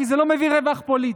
כי זה לא מביא רווח פוליטי.